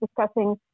discussing